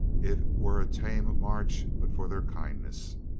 it were a tame march but for their kindness,